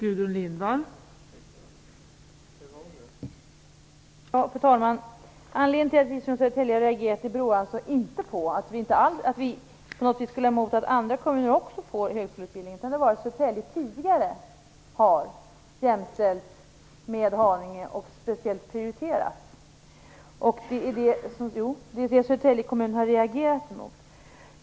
Fru talman! Anledningen till att vi från Södertälje har reagerat beror inte på att vi på något sätt skulle vara emot att också andra kommuner får högskoleutbildning utan därför att Södertälje tidigare har jämställts med Haninge och speciellt prioriterats. Det är det som Södertälje kommun har reagerat emot.